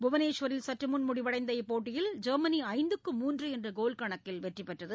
புவனேஸ்வரில் சற்றுமுன் முடிவடைந்த இப்போட்டியில் ஜெர்மனி நான்குக்கு மூன்று என்ற கோல் கணக்கில் வெற்றி பெற்றது